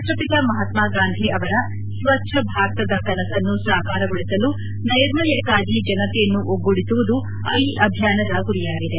ರಾಷ್ಟಪಿತ ಮಹಾತ್ಮಾ ಗಾಂಧಿ ಅವರ ಸ್ವಚ್ಛ ಭಾರತದ ಕನಸನ್ನು ಸಾಕಾರಗೊಳಿಸಲು ನೈರ್ಮಲ್ಚಕ್ಕಾಗಿ ಜನತೆಯನ್ನು ಒಗ್ಗೂಡಿಸುವುದು ಅಭಿಯಾನದ ಗುರಿಯಾಗಿದೆ